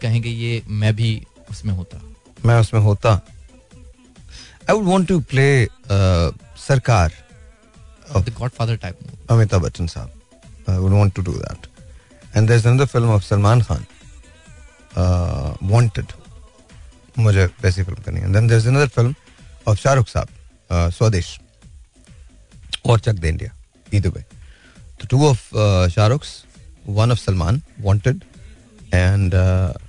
कहेंगे ये मैं भी उसमें होता। मैं उसमें होता? I would want to play, uh, Sarkar of- The Godfather type movie. Amitabh Bachchan साहब. I would want to do that. And there's another film of Salman Khan, uh, Wanted. मुझे वैसी film करनी है। And then there's another film of Shah Rukh साहब, uh, Swades. और Chak De India. Either way. The two of, uh, Shah Rukh's, one of Salman, Wanted, and, uh,